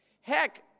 Heck